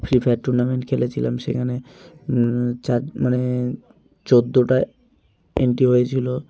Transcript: free fire tournament খেলেছিলাম সেখানে চাদ মানে চৌদ্দটা এন্ট্রি হয়েছিল